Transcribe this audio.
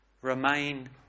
Remain